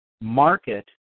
market